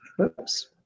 Oops